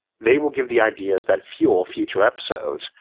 they will give the ideas that fuel future episodes,